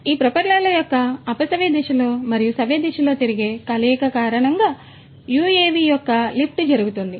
కాబట్టి ఈ ప్రొపెల్లర్ల యొక్క అపసవ్య దిశలో మరియు సవ్యదిశలో తిరిగే కలయిక కారణంగా UAV యొక్క లిఫ్ట్ జరుగుతుంది